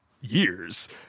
years